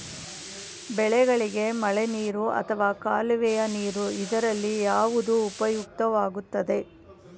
ಬೆಳೆಗಳಿಗೆ ಮಳೆನೀರು ಅಥವಾ ಕಾಲುವೆ ನೀರು ಇದರಲ್ಲಿ ಯಾವುದು ಉಪಯುಕ್ತವಾಗುತ್ತದೆ?